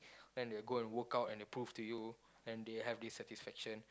then they go and workout then they prove to you then they have this satisfaction